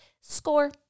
score